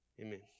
Amen